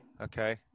Okay